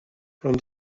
from